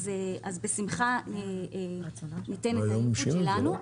אז בשמחה ניתן את האימפוט שלנו.